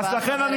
אז לכן,